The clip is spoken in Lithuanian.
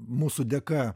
mūsų dėka